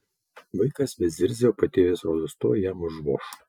vaikas vis zirzė o patėvis rodos tuoj jam užvoš